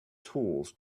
tools